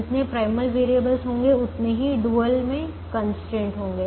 जितने primal variables होंगे उतने ही डुअल में कंस्ट्रेंट होंगे